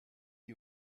you